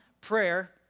prayer